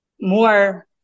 more